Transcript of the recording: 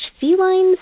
Felines